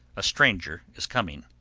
a stranger is coming.